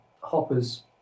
Hoppers